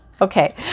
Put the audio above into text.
Okay